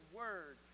word